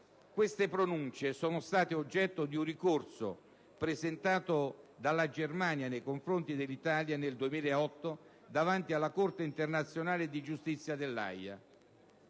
Queste pronunce sono state oggetto di un ricorso presentato dalla Germania nei confronti dell'Italia nel 2008 davanti alla Corte internazionale di giustizia dell'Aja.